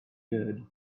good